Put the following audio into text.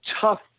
tough